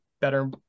better